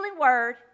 Word